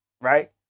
right